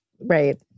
right